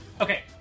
Okay